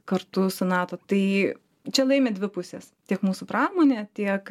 kartu su nato tai čia laimi dvi pusės tiek mūsų pramonė tiek